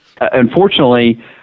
Unfortunately